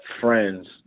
friends –